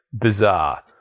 bizarre